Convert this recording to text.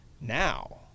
Now